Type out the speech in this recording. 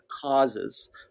causes